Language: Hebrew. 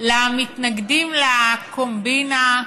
למתנגדים לקומבינה,